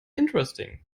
interesting